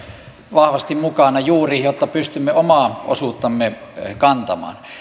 vahvasti mukana juuri jotta pystymme omaa osuuttamme kantamaan